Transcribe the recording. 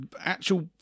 actual